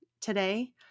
today